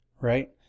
right